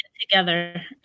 together